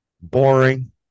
boring